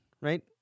right